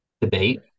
debate